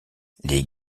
les